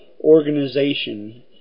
organization